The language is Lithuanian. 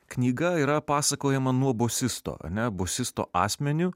knyga yra pasakojama nuo bosisto ane bosisto asmeniu